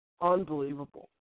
Unbelievable